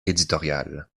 éditoriale